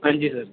हां जी सर